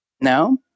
No